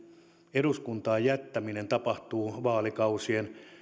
eduskuntaan jättäminen tapahtuu vaalikausien